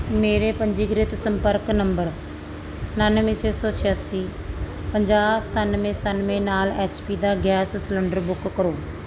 ਮੇਰੇ ਪੰਜੀਕ੍ਰਿਤ ਸੰਪਰਕ ਨੰਬਰ ਉਣਾਨਵੇਂ ਛੇ ਸੌ ਛਿਆਸੀ ਪੰਜਾਹ ਸਤਾਨਵੇਂ ਸਤਾਨਵੇਂ ਨਾਲ ਐਚ ਪੀ ਦਾ ਗੈਸ ਸਿਲੰਡਰ ਬੁੱਕ ਕਰੋ